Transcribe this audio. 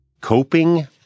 Coping